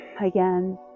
again